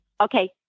Okay